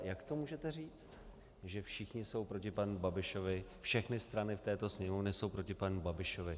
Jak to můžete říct, že všichni jsou proti panu Babišovi, všechny strany v této Sněmovně jsou proti panu Babišovi?